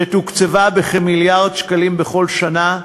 שתוקצבה בכמיליארד שקלים בכל שנה,